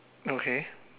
okay